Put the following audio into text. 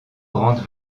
grande